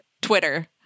Twitter